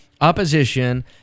opposition